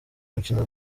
umukino